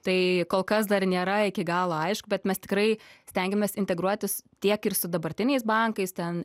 tai kol kas dar nėra iki galo aišku bet mes tikrai stengiamės integruotis tiek ir su dabartiniais bankais ten